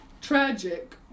tragic